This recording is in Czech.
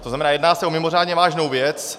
To znamená, jedná se o mimořádně vážnou věc.